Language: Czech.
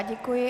Děkuji.